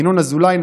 ינון אזולאי,